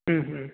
ಹ್ಞೂ ಹ್ಞೂ